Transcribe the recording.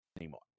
anymore